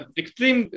extreme